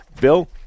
Bill